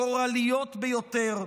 גורליות ביותר.